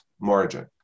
margin